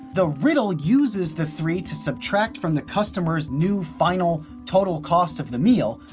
the riddle uses the three to subtract from the customers' new final, total cost of the meal,